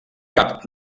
cap